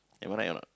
am I right or not